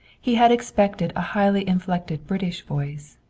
he had expected a highly inflected british voice,